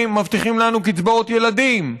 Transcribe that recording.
מבטיחים לנו קצבאות ילדים.